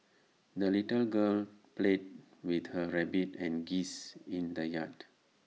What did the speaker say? the little girl played with her rabbit and geese in the yard